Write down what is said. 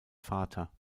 vater